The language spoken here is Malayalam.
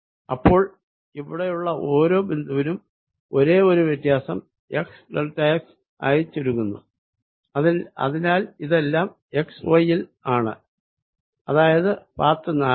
അപ്പോൾ ഇവിടെയുള്ള ഓരോ ബിന്ദുവിനും ഒരേ ഒരു വ്യത്യാസം x ഡെൽറ്റ x ആയി ചുരുങ്ങുന്നു അതിനാൽ ഇത് എക്സ്y യിൽ ആണ് അതായത് പാത്ത് 4 ൽ